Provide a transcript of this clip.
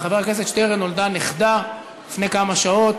לחבר הכנסת שטרן נולדה נכדה לפני כמה שעות,